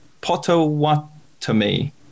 potawatomi